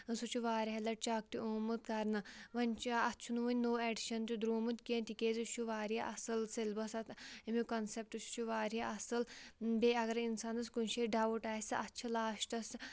سُہ چھُ واریاہ لَٹہِ چَک تہِ اومُت کَرنہٕ وۄنۍ چھُ اَتھ چھُنہٕ وۄنۍ نوٚو ایٚڈِشَن تہِ درٛومُت کینٛہہ تِکیازِ سُہ چھُ واریاہ اَصٕل سیٚلبَس اَتھ اَمیُک کَنسیٚپٹ سُہ چھُ واریاہ اَصٕل بیٚیہِ اَگر ہے اِنسانَس کُنہِ جایہِ ڈاوُٹ آسہِ اَتھ چھِ لاسٹَس